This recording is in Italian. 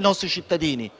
nostri cittadini.